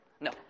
No